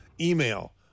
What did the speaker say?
email